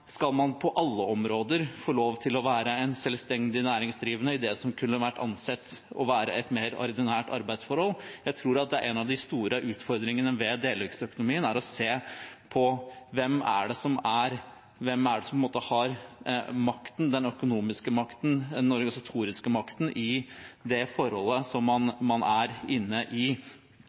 Skal man på alle områder få lov til å være en selvstendig næringsdrivende – i det som kunne anses å være et mer ordinært arbeidsforhold? Jeg tror at en av de store utfordringene ved delingsøkonomien er å se på hvem det er som på en måte har makten – den økonomiske makten, den organisatoriske makten – i det forholdet som man er inne i.